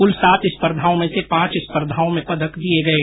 कल सात स्पर्धाओं में से पांच स्पर्धाओं में पदक दिये गये